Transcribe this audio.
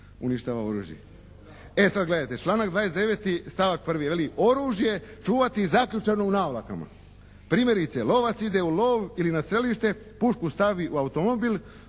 uništava oružje. E sad gledajte članak 29. stavak 1. veli: "Oružje čuvati zaključano u navlakama." Primjerice lovac ide u lov ili na strelište, pušku stavi u automobil,